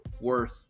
worth